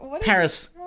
Paris